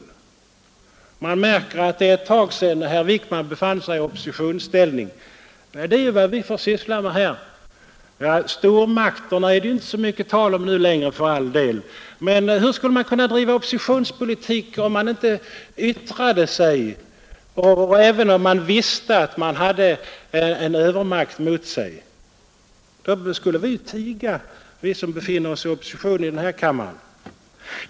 Man märker att det är ett tag sedan herr Wickman befann sig i oppositionsställning. Det är ju vad vi får syssla med här. Stormakterna är det inte så mycket tal om nu längre för all del, men hur skulle man kunna driva oppositionspolitik, om man inte yttrade sig även när man visste att man hade en övermakt mot sig? Skulle vi då tiga, vi som befinner oss i opposition här i kammaren?